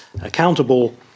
accountable